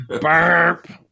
Burp